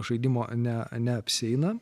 žaidimo ne neapsieina